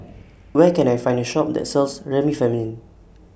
Where Can I Find A Shop that sells Remifemin